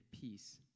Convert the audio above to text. peace